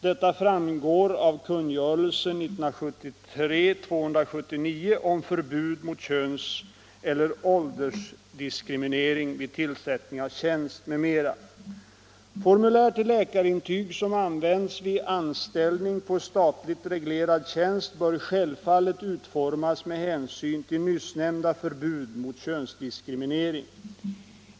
Detta framgår av kungörelsen om förbud mot könseller åldersdiskriminering vid tillsättning av tjänst, m.m. Formulär till läkarintyg som används vid anställning på statligt reglerad tjänst bör självfallet utformas med hänsyn till nyssnämnda förbud mot könsdiskriminering.